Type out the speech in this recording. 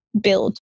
build